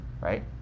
right